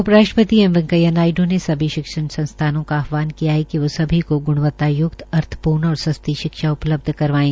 उप राष्ट्रपति एम वैकेंया नायड् ने सभी शिक्षण संस्थानों का आहवान किया है कि वोह सभी को ग्णवता य्क्त अर्थप्र्ण और सस्ती शिक्षा उपलब्ध करवाये